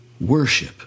worship